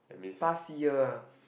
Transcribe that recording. past year